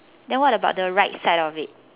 then what about the right side of it